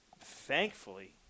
thankfully